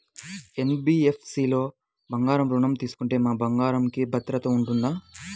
NBFC లలో బంగారు ఋణం తీసుకుంటే మా బంగారంకి భద్రత ఉంటుందా?